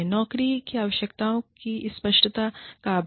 नौकरी की आवश्यकताओं की स्पष्टता का अभाव